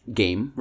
game